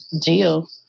deal